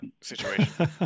situation